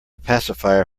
pacifier